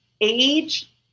age